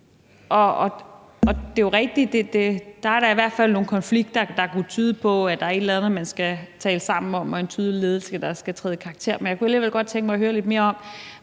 at der i hvert fald er nogle konflikter, der kunne tyde på, at der er et eller andet, man skal tale sammen om, og en tydelig ledelse, der skal træde i karakter. Men jeg kunne alligevel godt tænke mig at høre lidt mere om,